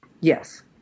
Yes